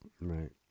Right